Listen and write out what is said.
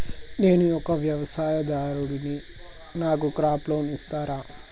నేను ఒక వ్యవసాయదారుడిని నాకు క్రాప్ లోన్ ఇస్తారా?